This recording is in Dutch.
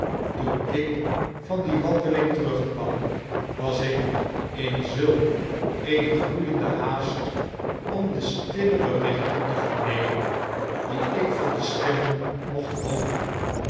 toen ik van die wandeling terugkwam was ik in zulk eene gloeiende haast om de stille berichten te vernemen die ik van de schimmen mocht hopen